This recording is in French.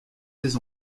des